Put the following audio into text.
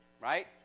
Right